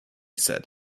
said